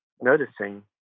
noticing